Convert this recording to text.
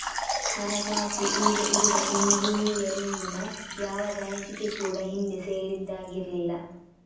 ಹಣಕಾಸು ಈಗ ಇರುವ ಇಂಜಿನಿಯರಿಂಗಿನ ಯಾವ ಬ್ರಾಂಚಿಗೆ ಕೂಡಾ ಹಿಂದೆ ಸೇರಿದ್ದಾಗಿರ್ಲಿಲ್ಲ